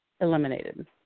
eliminated